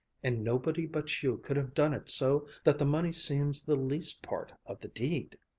and nobody but you could have done it so that the money seems the least part of the deed!